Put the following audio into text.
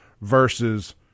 versus